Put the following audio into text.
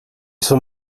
som